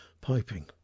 piping